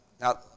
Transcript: Now